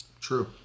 True